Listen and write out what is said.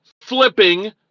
flipping